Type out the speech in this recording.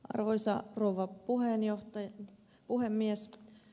arvoisa rouva puhemies